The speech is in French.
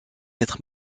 être